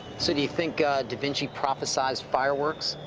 so, do you think da vinci prophesized fireworks?